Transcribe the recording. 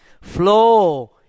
flow